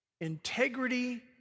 integrity